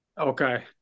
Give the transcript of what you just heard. Okay